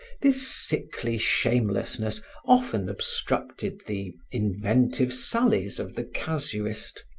this sickly shamelessness often obstructed the inventive sallies of the casuist.